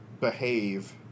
behave